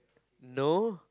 know